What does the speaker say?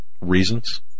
reasons